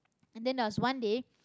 and then there was one day